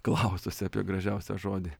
klaususi apie gražiausią žodį